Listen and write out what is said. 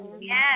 Yes